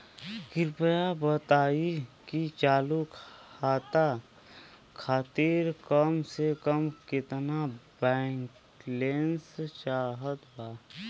कृपया बताई कि चालू खाता खातिर कम से कम केतना बैलैंस चाहत बा